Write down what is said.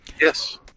Yes